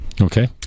Okay